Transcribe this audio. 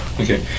Okay